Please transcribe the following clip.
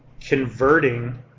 converting